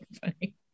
funny